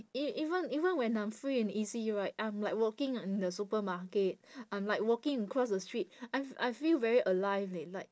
e~ even even when I'm free and easy right I'm like walking in the supermarket I'm like walking across the street I I feel very alive leh like